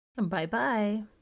Bye-bye